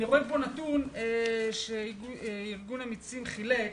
אני רואה פה נתון שארגון אמיצים חילק.